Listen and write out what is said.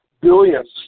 billions